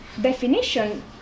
definition